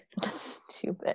Stupid